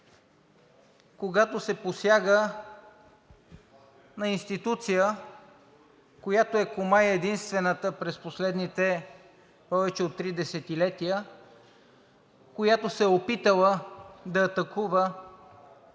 когато се посяга на институция, комай единствената през последните повече от три десетилетия, която се е опитала да атакува